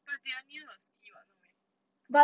but they are near a sea [what] no meh correct